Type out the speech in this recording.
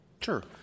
Sure